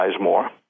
more